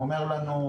הוא אומר לנו,